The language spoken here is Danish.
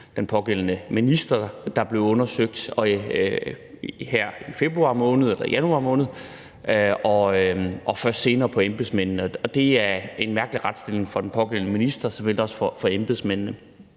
den pågældende minister, der blev undersøgt, her i januar måned og først senere på embedsmændene. Og det er en mærkelig retsstilling for den pågældende minister såvel som for embedsmændene.